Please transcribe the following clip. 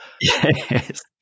Yes